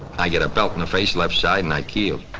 i get a belt in the face left side and i keel.